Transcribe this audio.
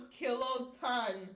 kiloton